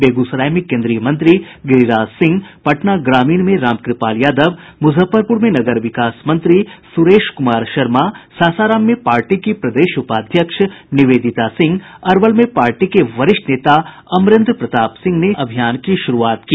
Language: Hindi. बेगूसराय में केंद्रीय मंत्री गिरिराज सिंह पटना ग्रामीण में रामकपाल यादव म्रजफ्फरपूर में नगर विकास मंत्री सुरेश कुमार शर्मा सासाराम में पार्टी की प्रदेश उपाध्यक्ष निवेदिता सिंह अरवल में पार्टी के वरिष्ठ नेता अमरेंद्र प्रताप सिंह ने सदस्यता अभियान की शुरूआत की